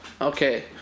Okay